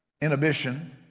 Inhibition